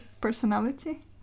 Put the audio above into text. personality